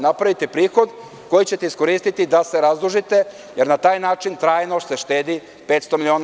Napravite prihod koji ćete iskoristiti da se razdužite, jer na taj način trajno se štedi 500 miliona